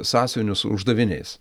sąsiuvinių su uždaviniais